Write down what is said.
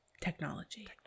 Technology